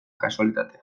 kasualitatea